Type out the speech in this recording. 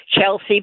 Chelsea